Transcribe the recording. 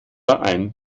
ein